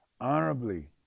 honorably